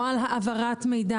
לא על העברת מידע,